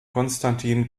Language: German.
konstantin